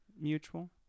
Mutual